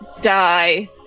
die